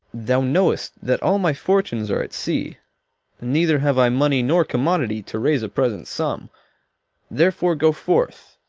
thou know'st that all my fortunes are at sea neither have i money nor commodity to raise a present sum therefore go forth,